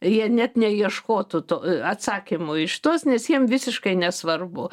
jie net neieškotų to atsakymo į šituos nes jiem visiškai nesvarbu